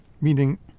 meaning